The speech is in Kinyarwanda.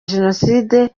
jenoside